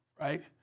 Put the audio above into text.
right